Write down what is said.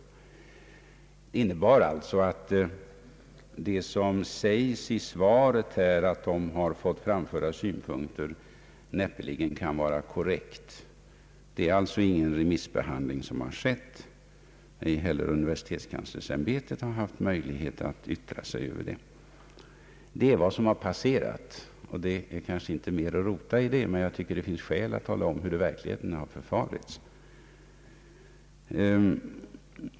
Vad som sägs i svaret om att de tekniska högskolorna och studentkårerna har fått framföra synpunkter kan därför näppeligen vara korrekt. Någon remissbehandling har inte skett. Ej heller universitetskanslersämbetet har haft tillfälle att yttra sig. Detta är vad som har passerat, och det finns kanske inte anledning att rota mera i det. Jag tycker dock att det finns skäl att tala om hur det i verkligheten har förfarits.